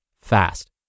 fast